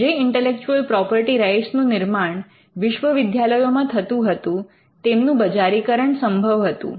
જે intellectual property rights નું નિર્માણ વિશ્વ વિદ્યાલયોમાં થતું હતું તેમનું બજારીકરણ સંભવ હતું